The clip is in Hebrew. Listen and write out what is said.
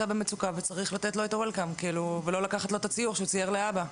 במצוקה וצריך לקבל אותו בברכה ולא לקחת לו את הציור שהוא צייר לאבא?